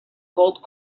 gold